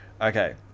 Okay